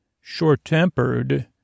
short-tempered